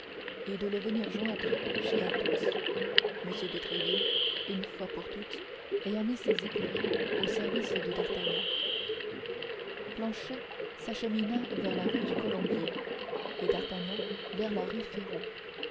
et de venir le joindre chez athos m de tréville une fois pour toutes ayant mis ses écuries au service de d'artagnan planchet s'achemina vers la rue du colombier et d'artagnan vers la rue férou